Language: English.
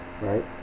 right